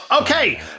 okay